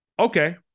Okay